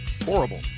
Horrible